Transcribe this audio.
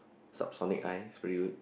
Subsonic I is pretty good